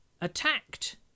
attacked